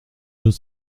deux